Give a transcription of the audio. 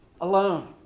alone